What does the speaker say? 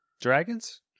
Dragons